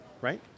Right